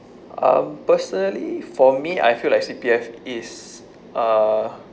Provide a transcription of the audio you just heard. um personally for me I feel like C_P_F is a